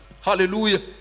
hallelujah